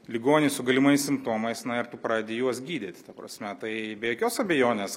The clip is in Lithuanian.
ligonį su galimais simptomais na ir tu pradedi juos gydyt ta prasme tai be jokios abejonės